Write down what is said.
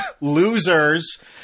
losers